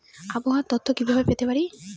আবহাওয়ার তথ্য কি কি ভাবে পেতে পারি?